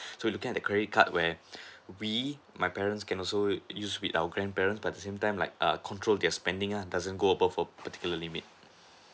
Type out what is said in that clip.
so looking at the credit card where we my parents can also use with our grandparents but at the same time like err control their spending uh doesn't go above for particular limit